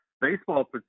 baseball